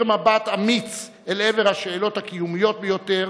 מבט אמיץ אל עבר השאלות הקיומיות ביותר,